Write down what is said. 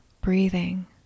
breathing